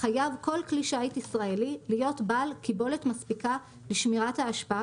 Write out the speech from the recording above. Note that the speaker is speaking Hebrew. חייב כל כלי שיט ישראלי להיות בעל קיבולת מספיקה לשמירת האשפה,